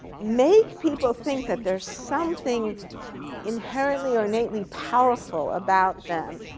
make people think that there's something inherently or innately powerful about them.